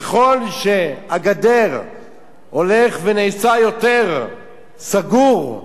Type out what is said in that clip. ככל שהגדר הולכת ונעשית יותר סגורה,